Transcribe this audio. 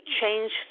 change